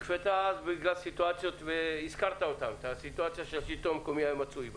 החקיקה נכפתה בגלל הסיטואציה שהשלטון המקומי היה מצוי בה.